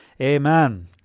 Amen